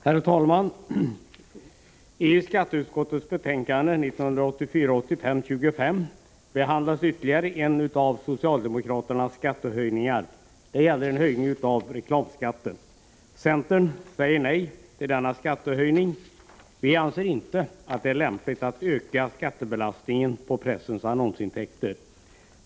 Herr talman! I skatteutskottets betänkande 1984/85:25 behandlas ytterligare en av socialdemokraternas skattehöjningar. Det gäller en höjning av reklamskatten. Centern säger nej till denna skattehöjning. Vi anser inte att det är lämpligt att öka skattebelastningen på pressens annonsintäkter.